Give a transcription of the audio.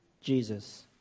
Jesus